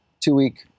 two-week